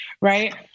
right